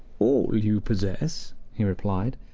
all you possess! he replied.